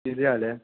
किदें आलें